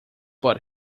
but